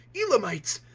elamites.